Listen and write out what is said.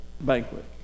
banquet